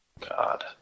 god